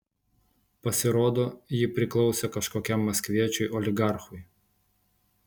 pasirodo ji priklausė kažkokiam maskviečiui oligarchui